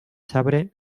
sabre